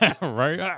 Right